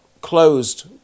closed